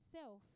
self